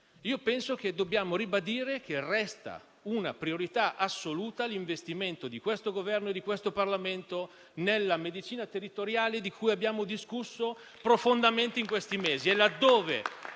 - penso che dobbiamo ribadire che resta una priorità assoluta l'investimento di questo Governo e di questo Parlamento nella medicina territoriale, di cui abbiamo discusso intensamente in questi mesi.